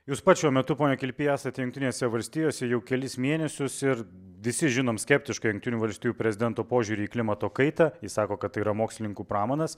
jūs pats šiuo metu pone kilpy esat jungtinėse valstijose jau kelis mėnesius ir visi žinom skeptišką jungtinių valstijų prezidento požiūrį į klimato kaitą jis sako kad tai yra mokslininkų pramanas